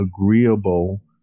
agreeable